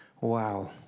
Wow